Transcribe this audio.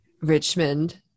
richmond